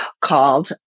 called